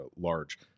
large